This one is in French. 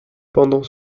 pendant